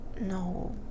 No